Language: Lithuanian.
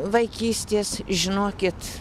vaikystės žinokit